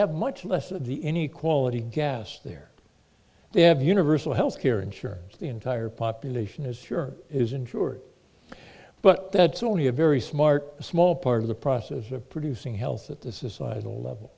have much less of the inequality gas there they have universal health care insurance the entire population is sure isn't sure but that's only a very smart small part of the process of producing health at the societal level